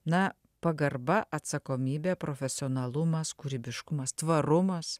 na pagarba atsakomybė profesionalumas kūrybiškumas tvarumas